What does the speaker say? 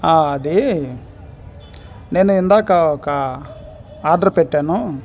అదీ నేను ఇందాక ఒక ఆర్డర్ పెట్టాను